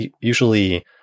usually